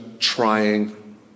Trying